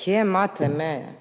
kje imate meje,